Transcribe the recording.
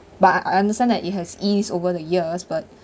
but I understand that it has ease over the years but